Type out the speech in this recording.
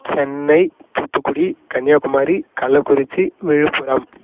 Chennai Thoothukudi Kanniyakumari Kallakurichi Villupuram